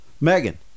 Megan